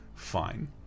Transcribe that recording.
Fine